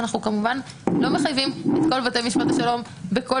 שאנחנו כמובן לא מחייבים את כל בתי משפט השלום בכל